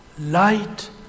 light